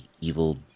evil